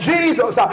Jesus